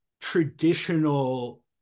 traditional